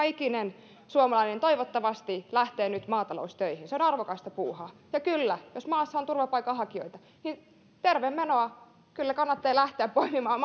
ikinen suomalainen toivottavasti lähtee nyt maataloustöihin se on arvokasta puuhaa ja kyllä jos maassa on turvapaikanhakijoita niin tervemenoa kyllä kannattaa lähteä poimimaan